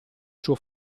suo